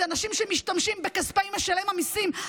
אלה אנשים שמשתמשים בכספי משלם המיסים.